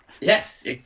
Yes